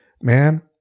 man